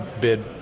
bid